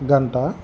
గంట